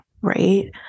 Right